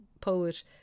poet